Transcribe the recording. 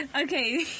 Okay